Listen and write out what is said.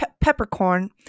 peppercorn